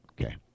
Okay